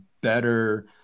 better